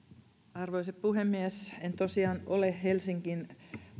arvoisa puhemies en tosiaan ole helsingin